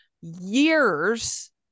years